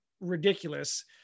ridiculous